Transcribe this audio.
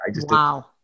Wow